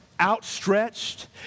Outstretched